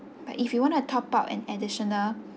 but if you want to top up an additional